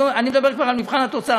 אני מדבר כבר על מבחן התוצאה,